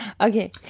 Okay